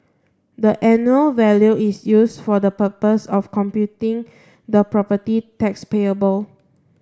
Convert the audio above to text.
the annual value is used for the purpose of computing the property tax payable